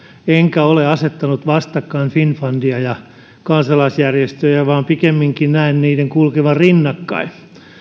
enkä ole asettanut vastakkain finnfundia ja kansalaisjärjestöjä vaan pikemminkin näen niiden kulkevan rinnakkain